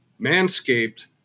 Manscaped